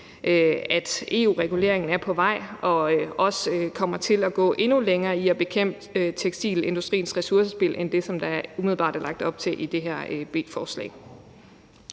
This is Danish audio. at EU-reguleringen er på vej og også kommer til at gå endnu længere i forhold til at bekæmpe tekstilindustriens ressourcespild end det, der umiddelbart er lagt op til i det her B-forslag.